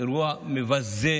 אירוע מבזה,